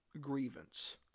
grievance